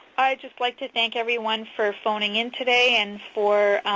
i'd just like to thank everyone for phoning in today and for